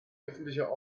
öffentlicher